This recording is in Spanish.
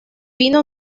vino